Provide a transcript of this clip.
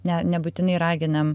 ne nebūtinai raginam